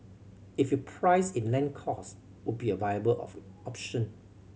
if you price in land costs would be a viable of option